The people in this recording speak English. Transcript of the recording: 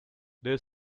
there